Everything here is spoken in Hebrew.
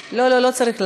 לא, לא, לא צריך להצביע.